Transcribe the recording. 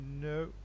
no